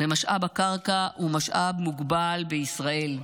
ומשאב הקרקע הוא משאב מוגבל בישראל.